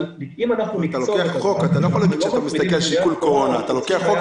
אבל אם אנחנו נקצוב את הזמן --- אתה לוקח חוק.